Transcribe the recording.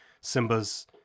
Simba's